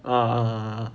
ah ah